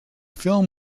film